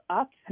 up